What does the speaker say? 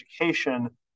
education